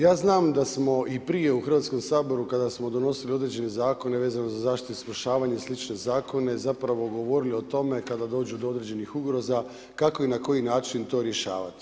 Ja znam da smo i prije u Hrvatskom saboru kada smo donosili određene zakona vezano za zaštitu i spašavanje i slične zakone zapravo govorili o tome kada dođu do određenih ugroza, kako i na koji način to rješavati.